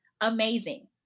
Amazing